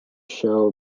show